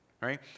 right